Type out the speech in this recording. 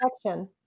section